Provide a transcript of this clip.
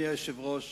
אדוני יושב-ראש